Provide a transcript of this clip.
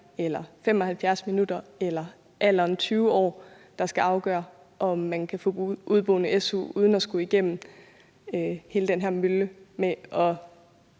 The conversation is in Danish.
eller 75 minutter eller alderen 20 år, der skal afgøre, om man kan få su som udeboende uden at skulle igennem hele den her mølle med at